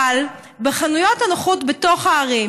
אבל חנויות הנוחות בתוך הערים,